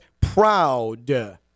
proud